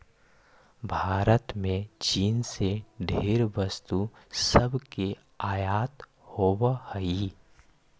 भारत में चीन से ढेर वस्तु सब के आयात होब हई